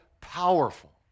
powerful